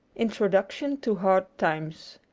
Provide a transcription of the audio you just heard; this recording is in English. introduction to hard times